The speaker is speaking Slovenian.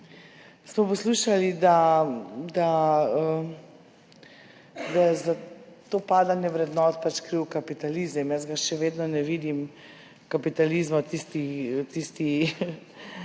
smo poslušali, da je za to padanje vrednot kriv kapitalizem, jaz še vedno ne vidim kapitalizma v tistem